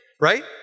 right